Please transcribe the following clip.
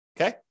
Okay